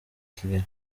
kigali